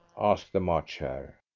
asked the march hare.